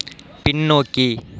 பின்னோக்கி